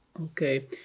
Okay